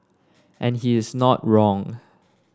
and he is not wrong